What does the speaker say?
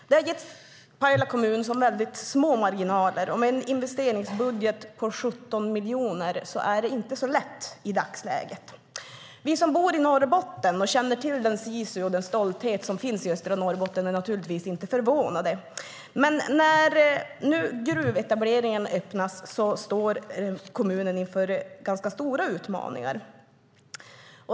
Det har gett Pajala kommun väldigt små marginaler, och med en investeringsbudget på 17 miljoner är det inte så lätt i dagsläget. Vi som bor i Norrbotten och känner till den sisu och den stolthet som finns just i Norrbotten är naturligtvis inte förvånade. Men när nu gruvetableringen öppnas står kommunen inför ganska stora utmaningar.